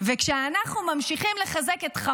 אני מתגעגעת אלייך.